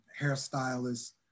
hairstylist